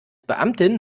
beamtin